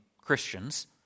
Christians